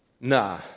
Nah